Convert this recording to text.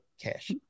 cash